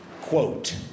Quote